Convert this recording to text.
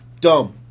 Dumb